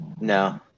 No